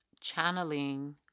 channeling